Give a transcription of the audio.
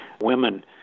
women